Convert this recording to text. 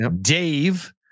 Dave